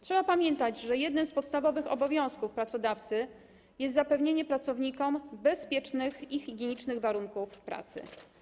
Trzeba pamiętać, że jednym z podstawowych obowiązków pracodawcy jest zapewnienie pracownikom bezpiecznych i higienicznych warunków pracy.